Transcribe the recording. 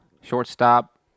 shortstop